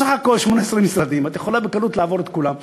סך הכול 18 משרדים, את יכולה בקלות לעבור את כולם.